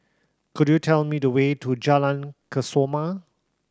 could you tell me the way to Jalan Kesoma